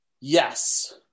Yes